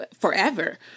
forever